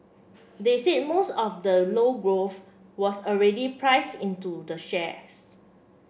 they said most of the lower growth was already priced into the shares